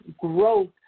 growth